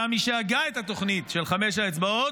היה מי שהגה את התוכנית של חמש האצבעות,